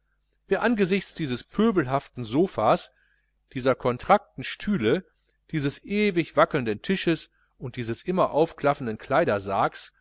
wer angesichts dieses pöbelhaften sophas dieser kontrakten stühle dieses ewig wackelnden tisches und dieses immer aufklaffenden